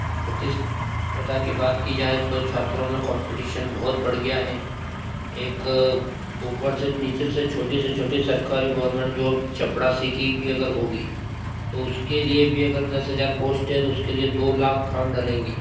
प्रतिस्पर्धा की बात की जाए तो छात्रों में कॉम्प्टीशन बहुत बढ़ गया है एक ऊपर से नीचे से छोटे से छोटे सरकारी गोवर्मेंट जॉब चपरासी की भी अगर होगी तो उसके लिए भी अगर दस हज़ार पोस्ट है तो उसके लिए दो लाख फॉर्म डालेंगे